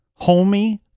Homie